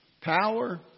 power